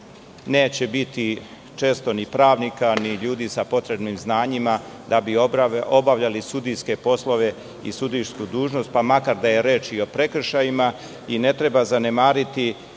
neće biti često ni pravnika, ni ljudi sa potrebnim znanjima, da bi obavljali sudijske poslove i sudijsku dužnost pa makar da je reč i o prekršajima i ne treba zanemariti